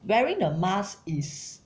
wearing a mask is